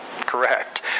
correct